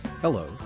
Hello